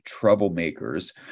troublemakers